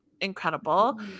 incredible